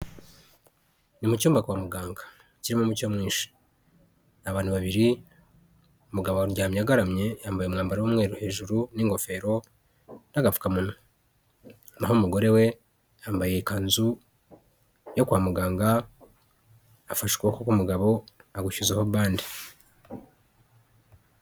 Ni mu cyumba kwa muganga kirimo umucyo mwinshi, abantu babiri umugabo aryamye agaramye yambaye umwambaro w'umweru hejuru n'ingofero n'agapfukamunwa, naho umugore we yambaye ikanzu yo kwa muganga afashe ukuboko k'umugabo agushyizeho bande.